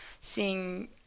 seeing